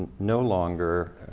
no longer